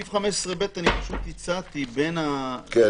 סעיף 15(ב) אני פשוט הצגתי בין --- כן.